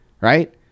right